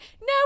no